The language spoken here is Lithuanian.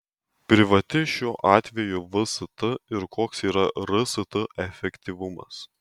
privati šiuo atveju vst ir koks yra rst efektyvumas